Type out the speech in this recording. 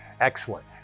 Excellent